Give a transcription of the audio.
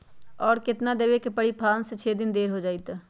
और केतना देब के परी पाँच से छे दिन देर हो जाई त?